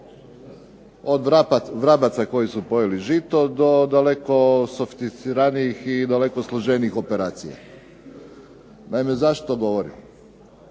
Od vrabaca koji su pojeli žito do daleko sofisticiranijih i daleko složenijih operacija. Naime, zašto to govorim?